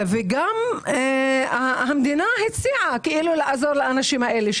וגם כי המדינה הציעה לעזור לאנשים האלה.